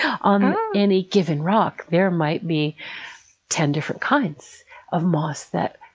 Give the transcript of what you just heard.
on any given rock there might be ten different kinds of moss that,